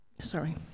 sorry